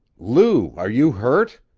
lou, are you hurt?